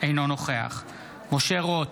אינו נוכח משה רוט,